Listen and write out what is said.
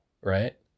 right